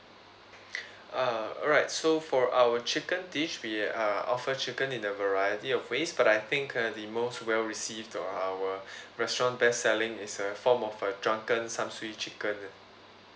uh alright so for our chicken dish we uh offer chicken in the variety of ways but I think uh the most well received our restaurant best selling is a form of uh drunken samsui chicken